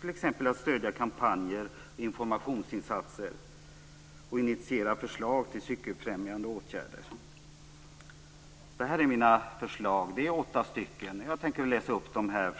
Det handlar t.ex. om att stödja kampanjer och informationsinsatser och om att initiera förslag till cykelfrämjande åtgärder. Jag har åtta förslag som jag tänker redovisa här.